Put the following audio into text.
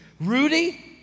Rudy